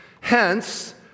Hence